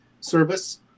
service